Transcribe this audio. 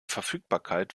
verfügbarkeit